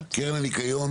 לגבי קרן הניקיון,